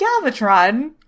Galvatron